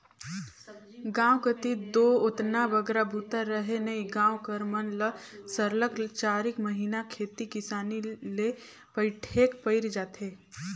गाँव कती दो ओतना बगरा बूता रहें नई गाँव कर मन ल सरलग चारिक महिना खेती किसानी ले पइठेक पइर जाथे